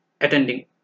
attending